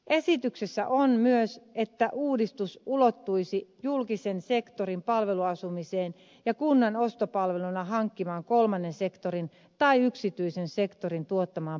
esityksessä on myös että uudistus ulottuisi julkisen sektorin palveluasumiseen ja kunnan ostopalveluna hankkimaan kolmannen sektorin tai yksityisen sektorin tuottamaan palveluasumiseen